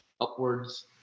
upwards